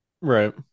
Right